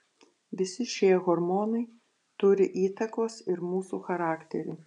visi šie hormonai turi įtakos ir mūsų charakteriui